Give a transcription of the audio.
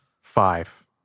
Five